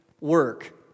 work